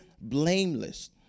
blameless